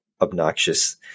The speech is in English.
obnoxious